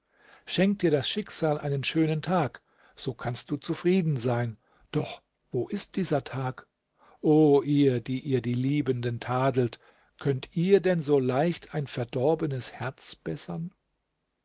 schenkt dir das schicksal einen schönen tag so kannst du zufrieden sein doch wo ist dieser tag o ihr die ihr die liebenden tadelt könnt ihr denn so leicht ein verdorbenes herz bessern